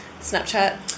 snapchat